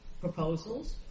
proposals